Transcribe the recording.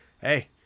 hey